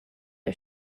are